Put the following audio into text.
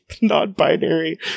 non-binary